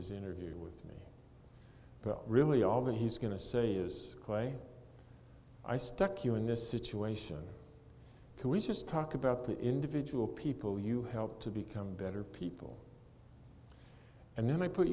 his interview with me but really all that he's going to say is clay i stuck you in this situation can we just talk about the individual people you helped to become better people and then i put